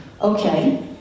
Okay